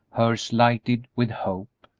hers lighted with hope.